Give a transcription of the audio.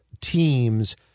teams